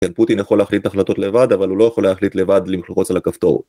כן, פוטין יכול להחליט את ההחלטות לבד, אבל הוא לא יכול להחליט לבד ללחוץ על הכפתור.